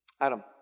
Adam